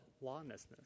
lawlessness